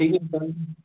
ठीक आहे चाल